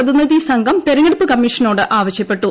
പ്രതിനിധി സംഘം തെരഞ്ഞെടുപ്പ് കമ്മീഷനോട്ട് ആവശ്യപ്പെട്ടു